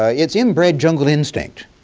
ah its inbred jungle instinct